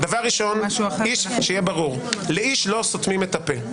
ראשון, שיהיה ברור, לאיש לא סותמים את הפה.